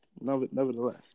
Nevertheless